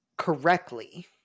correctly